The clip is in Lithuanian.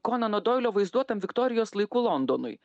konano doilio vaizduotam viktorijos laikų londonui